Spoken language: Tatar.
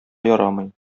ярамый